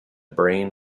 brain